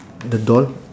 the doll